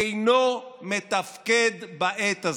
אינו מתפקד בעת הזאת.